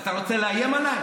אתה רוצה לאיים עליי?